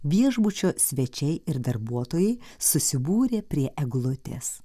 viešbučio svečiai ir darbuotojai susibūrė prie eglutės